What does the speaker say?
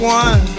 one